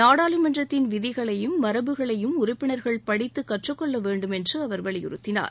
நாடாளுமன்றத்தின் விதிகளையும் மரபுகளையும் உறுப்பினர்கள் படித்து கற்றுக்கொள்ள வேண்டும் என்று அவர் வலியுறுத்தினார்